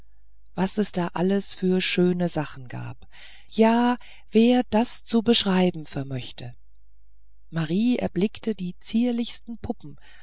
was es da alles für schöne sachen gab ja wer das zu beschreiben vermöchte marie erblickte die zierlichsten puppen